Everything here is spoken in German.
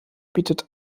bietet